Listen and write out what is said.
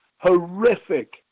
horrific